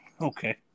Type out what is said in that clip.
Okay